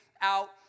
out